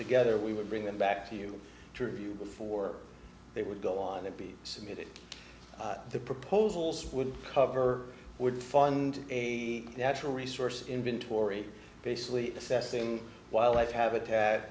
to gether we would bring them back to you to review before they would go on to be submitted to the proposals would cover would fund a natural resource inventory basically assessing wildlife habitat